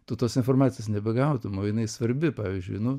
tu tos informacijos nebegautum o jinai svarbi pavyzdžiui nu